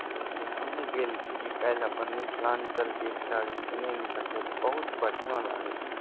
बुझलियै हमहुँ गेल रहियै काल्हि अपन मिथिलाञ्चलके एकटा उपनयन देखै लऽ बहुत बढ़िआँ लागलै